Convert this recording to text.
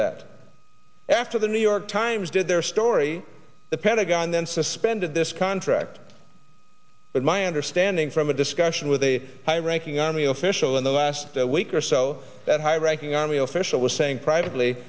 that after the new york times did their story the pentagon then suspended this contract but my understanding from a discussion with a high ranking army official in the last week or so that high ranking army official was saying pr